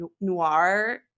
noir